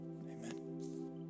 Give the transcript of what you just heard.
Amen